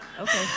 Okay